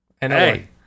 Hey